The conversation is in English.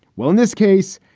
well, in this case,